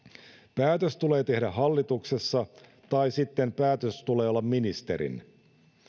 päätös tulee tehdä hallituksessa tai sitten päätös tulee olla ministerin